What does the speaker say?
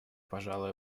пожала